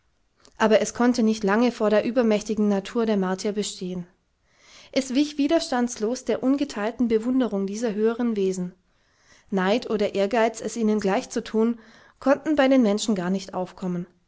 aber es konnte nicht lange vor der übermächtigen natur der martier bestehen es wich widerstandslos der ungeteilten bewunderung dieser höheren wesen neid oder ehrgeiz es ihnen gleichzutun konnten bei den menschen gar nicht aufkommen